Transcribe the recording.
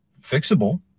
fixable